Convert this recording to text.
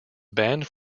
banned